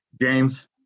James